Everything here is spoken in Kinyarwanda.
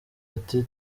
ati